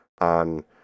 on